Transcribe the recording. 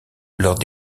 lors